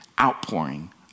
outpouring